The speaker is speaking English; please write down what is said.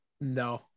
No